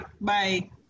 bye